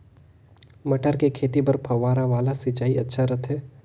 मटर के खेती बर फव्वारा वाला सिंचाई अच्छा रथे?